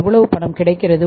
எவ்வளவு பணம் கிடைக்கிறது